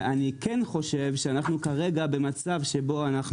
אני כן חושב שאנחנו כרגע במצב שבו אנחנו